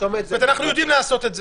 אנחנו יודעים לעשות את זה.